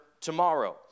tomorrow